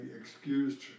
excused